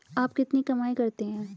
आप कितनी कमाई करते हैं?